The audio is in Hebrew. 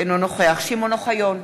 אינו נוכח שמעון אוחיון,